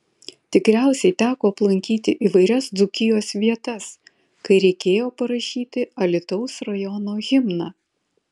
tikriausiai teko aplankyti įvairias dzūkijos vietas kai reikėjo parašyti alytaus rajono himną